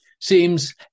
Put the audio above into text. seems